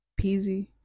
Peasy